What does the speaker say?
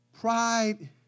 Pride